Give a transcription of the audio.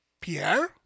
Pierre